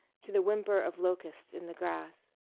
to the whimper of locusts in the grass.